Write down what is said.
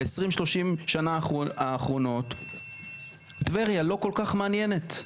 ב-20-30 שנה האחרונות טבריה לא כל כך מעניינת.